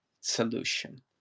solution